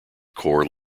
corps